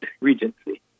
Regency